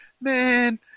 man